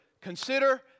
Consider